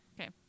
Okay